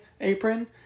apron